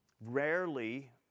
rarely